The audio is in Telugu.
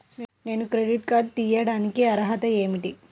నేను క్రెడిట్ కార్డు తీయడానికి అర్హత ఏమిటి?